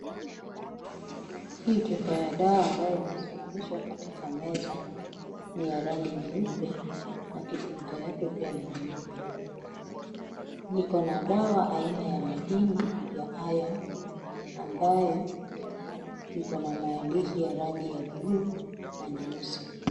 Hii chupa ya dawa ambayo imesimamishwa katika meza ni ya rangi nyeupe na kifuniko yake pia ni nyeupe. Liko na dawa aina ya madini ya iron ambayo iko na maandishi ya rangi ya buluu na nyeusi.